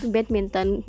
Badminton